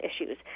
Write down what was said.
issues